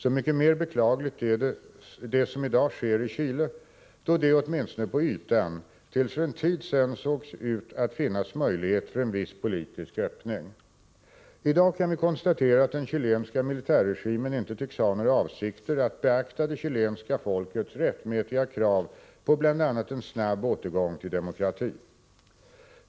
Så mycket mer beklagligt är det som i dag sker i Chile då det, åtminstone på ytan, tills för en tid sedan såg ut att finnas möjlighet för en viss politisk öppning. I dag kan vi konstatera att den chilenska militärregimen inte tycks ha några avsikter att beakta det chilenska folkets rättmätiga krav på bl.a. en snabb återgång till demokrati.